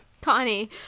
Connie